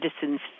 citizens